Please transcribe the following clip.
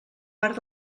part